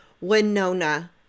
Winona